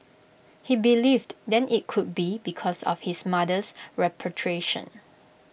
he believed then IT could be because of his mother's repatriation